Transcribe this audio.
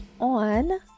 on